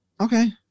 okay